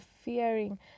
fearing